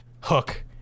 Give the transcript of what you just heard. hook